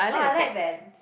oh I like Vans